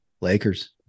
Lakers